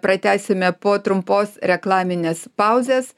pratęsime po trumpos reklaminės pauzės